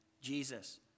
Jesus